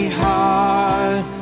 heart